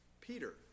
Peter